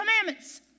Commandments